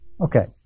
Okay